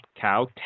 cow